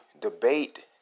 debate